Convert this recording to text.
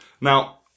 Now